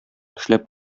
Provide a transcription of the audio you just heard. эшләп